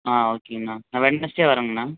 ஆ ஓகேங்கணா நான் வெட்னெஸ்டே வரேங்கணா